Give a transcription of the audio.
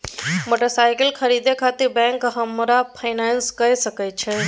Motorcycle खरीदे खातिर bank हमरा फिनांस कय सके छै?